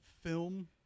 film